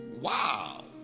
Wow